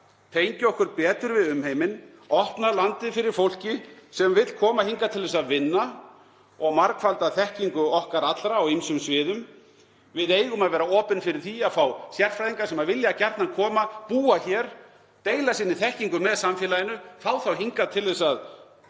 tengja okkur betur við umheiminn, opna landið fyrir fólki sem vill koma hingað til að vinna og margfalda þekkingu okkar á ýmsum sviðum. Við eigum að vera opin fyrir því að fá sérfræðinga sem vilja gjarnan koma, búa hér, deila þekkingu sinni með samfélaginu, fá þá hingað til að